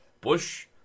Bush